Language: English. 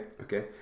okay